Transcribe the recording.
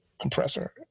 compressor